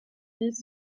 dix